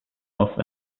off